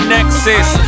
Nexus